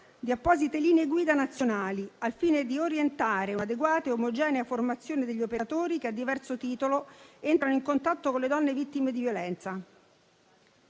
di apposite linee guida nazionali al fine di orientare un'adeguata e omogenea formazione degli operatori che a diverso titolo entrano in contatto con le donne vittime di violenza.